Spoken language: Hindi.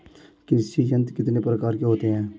कृषि यंत्र कितने प्रकार के होते हैं?